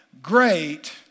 great